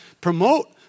promote